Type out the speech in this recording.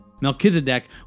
Melchizedek